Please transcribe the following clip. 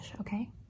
okay